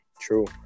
True